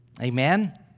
Amen